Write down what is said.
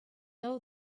though